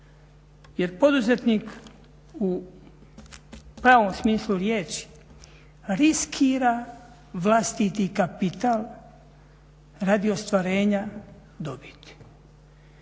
Jer poduzetnik u pravom smislu riječi riskira vlastiti kapital radi ostvarenja dobiti.